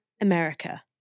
America